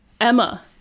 emma